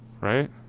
right